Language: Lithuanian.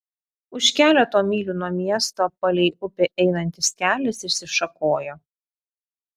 už keleto mylių nuo miesto palei upę einantis kelias išsišakojo